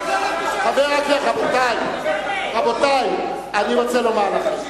רק במדינה של דבילים ייתנו, לעמוד כך.